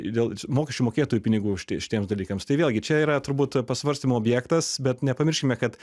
dėl mokesčių mokėtojų pinigų šitie šitiems dalykams tai vėlgi čia yra turbūt pasvarstymų objektas bet nepamirškime kad